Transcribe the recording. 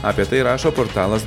apie tai rašo portalas